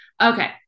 Okay